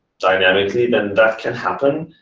dynamically, then that can happen.